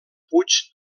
puig